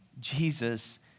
Jesus